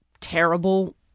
terrible